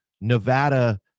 nevada